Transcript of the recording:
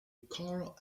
carl